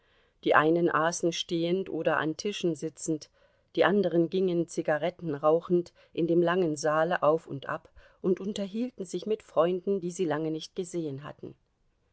die einen aßen stehend oder an tischen sitzend die andern gingen zigaretten rauchend in dem langen saale auf und ab und unterhielten sich mit freunden die sie lange nicht gesehen hatten